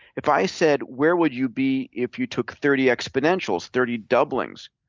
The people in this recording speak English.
if i said, where will you be if you took thirty exponentials, thirty doublings?